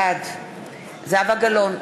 בעד זהבה גלאון,